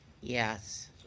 Yes